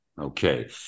Okay